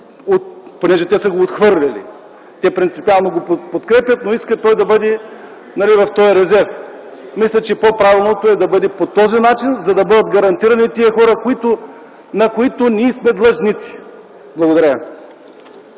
понеже те са го отхвърлили – принципиално те го подкрепят, но искат той да бъде в този резерв. Мисля, че по-правилното е да бъде по този начин, за да бъдат гарантирани тези хора, на които ние сме длъжници. Благодаря.